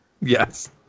Yes